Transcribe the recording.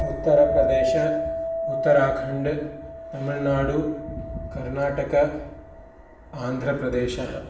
उत्तरप्रदेशः उत्तराखण्डः तमिल्नाडुः कर्नाटकः आन्ध्रप्रदेशः